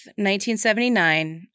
1979